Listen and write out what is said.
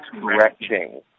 correcting